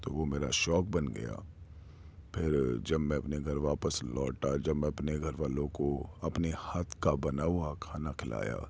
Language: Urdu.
تو وہ میرا شوق بن گیا پھر جب میں اپنے گھر واپس لوٹا جب میں اپنے گھر والوں کو اپنے ہاتھ کا بنا ہوا کھانا کھلایا